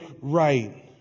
right